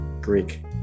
Greek